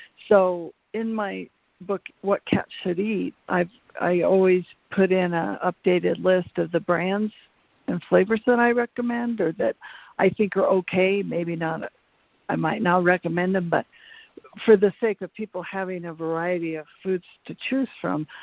so in my book what cats should eat i i always put in a updated list of the brands and flavors that i recommend or that i think are okay, maybe ah i might not recommend them, but for the sake of people having a variety of foods to choose from,